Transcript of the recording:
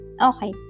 Okay